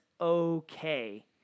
okay